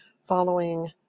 following